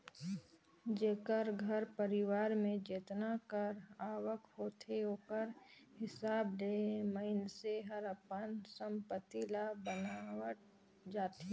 जेकर घर परिवार में जेतना कर आवक होथे ओकर हिसाब ले मइनसे हर अपन संपत्ति ल बनावत जाथे